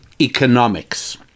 economics